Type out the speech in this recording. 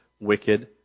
Wicked